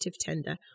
tender